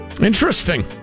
Interesting